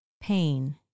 pain